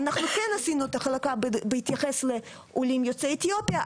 אנחנו כן עשינו את החלוקה בהתייחס לעולים יוצאי אתיופיה,